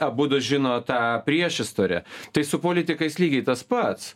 abudu žino tą priešistorę tai su politikais lygiai tas pats